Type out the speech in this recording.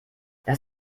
das